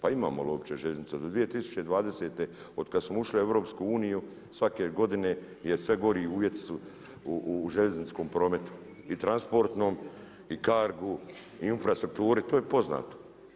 Pa imamo li uopće željeznicu, do 2020. od kada smo ušli u EU svake godine je sve gori uvjeti su u željezničkom prometu i transportnom i kargu i infrastrukturi to je poznato.